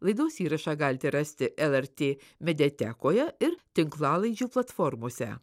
laidos įrašą galite rasti lrt mediatekoje ir tinklalaidžių platformose